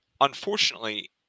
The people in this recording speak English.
unfortunately